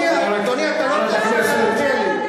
אל תפריעי לי.